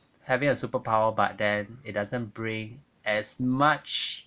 having a superpower but then it doesn't bring as much